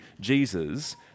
Jesus